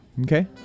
Okay